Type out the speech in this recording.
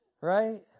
Right